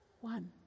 one